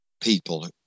people